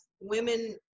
women